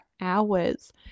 hours